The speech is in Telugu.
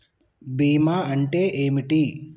బీమా అంటే ఏమిటి?